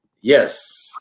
Yes